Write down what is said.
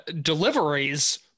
deliveries